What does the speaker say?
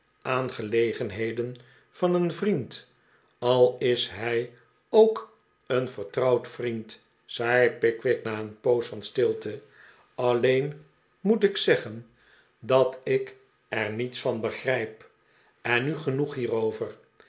aangelegenheden van een vriend al is hij ook een vertrouwd vriend zei pickwick na een poos van stilte alleen moet ik zeggen dat ik er niets van begrijp en nu genoeg hierover